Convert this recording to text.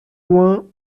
loin